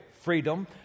freedom